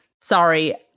sorry